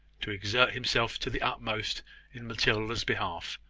to exert himself to the utmost in matilda's behalf.